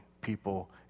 people